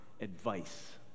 advice